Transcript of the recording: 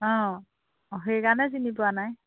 অঁ অঁ সেইকাৰণে চিনি পোৱা নাই